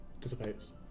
dissipates